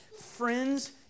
friends